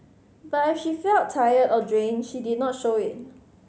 but if she felt tired or drained she did not show it